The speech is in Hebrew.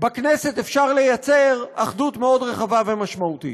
בכנסת אפשר ליצור אחדות מאוד רחבה ומשמעותית.